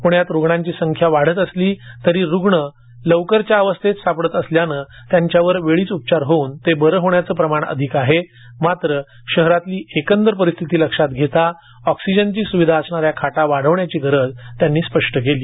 पुण्यात रुग्णांची संख्या वाढत असली तरी रुग्ण लवकरच्या अवस्थेत सापडत असल्यानं त्यांच्यावर वेळीच उपचार होऊन ते बरे होण्याचं प्रमाणही अधिक आहे मात्र शहरातील एकंदर परिस्थिती लक्षात घेता ऑक्सिजनची सुविधा असणारे बेड वाढवण्याची गरज असल्याचं त्यांनी स्पष्ट केलं